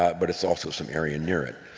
but it's also some area near it.